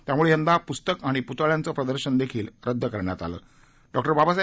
त्यामुळे यंदा पुस्तकं आणि पुतळ्यांचं प्रदर्शन रद्द करण्यात आलंबाबासाहेब